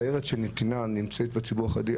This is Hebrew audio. הסיירת של נתינה נמצאת אצל הציבור החרדי,